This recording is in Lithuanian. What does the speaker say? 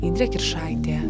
indrė kiršaitė